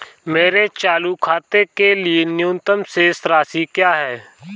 मेरे चालू खाते के लिए न्यूनतम शेष राशि क्या है?